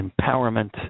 empowerment